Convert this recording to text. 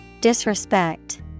Disrespect